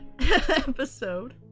episode